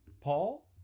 Paul